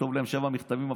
תכתוב להם שבעה מכתבים,